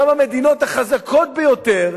גם מהמדינות החזקות ביותר,